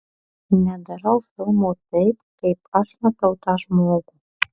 nedarau filmo taip kaip aš matau tą žmogų